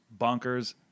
bonkers